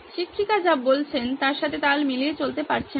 শিক্ষিকা যা বলছেন তার সাথে তাল মিলিয়ে চলতে পারছে না সে